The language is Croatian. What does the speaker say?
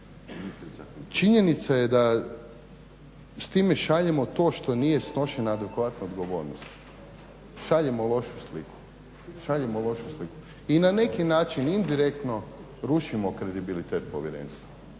Činjenica je da s time šaljemo to što nije snošena adekvatna odgovornost, šaljemo lošu sliku. I na neki način indirektno rušimo kredibilitet povjerenstva.